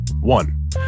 One